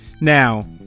Now